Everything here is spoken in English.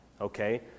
okay